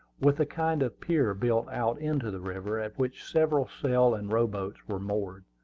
with a kind of pier built out into the river, at which several sail and row boats were moored.